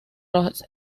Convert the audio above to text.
los